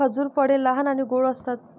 खजूर फळे लहान आणि गोड असतात